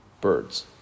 birds